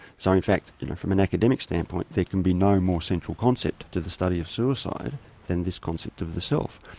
so in fact from an academic stand point there can be no more central concept to the study of suicide than this concept of the self,